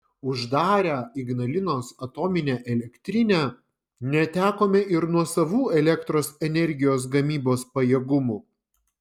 uždarę ignalinos atominę elektrinę netekome ir nuosavų elektros energijos gamybos pajėgumų